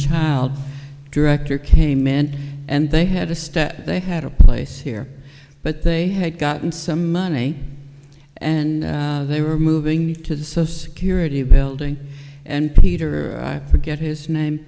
child director came in and they had a step they had a place here but they had gotten some money and they were moving to the so security building and peter i forget his name